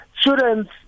students